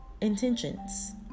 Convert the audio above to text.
intentions